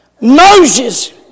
Moses